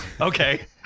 Okay